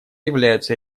являются